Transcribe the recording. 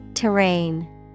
Terrain